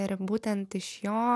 ir būtent iš jo